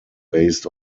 based